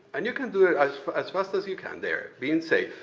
and you can do it as as fast as you can there, being safe.